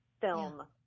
film